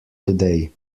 today